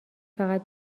فقط